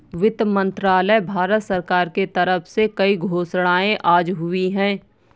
वित्त मंत्रालय, भारत सरकार के तरफ से कई घोषणाएँ आज हुई है